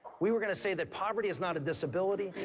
we were going to say that poverty is not a disability.